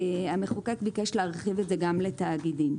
המחוקק ביקש להרחיב את זה גם לתאגידים.